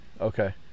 okay